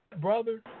brother